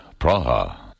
Praha